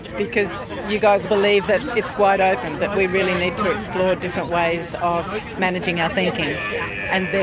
because you guys believe that it's wide open, that we really need to explore different ways of managing our thinking and